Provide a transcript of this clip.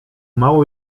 mało